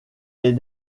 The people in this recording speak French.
les